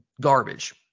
Garbage